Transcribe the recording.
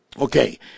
Okay